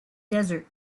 desert